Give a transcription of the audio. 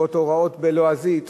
בעקבות הוראות בלועזית,